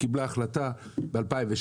קיבלה החלטה ב-2016,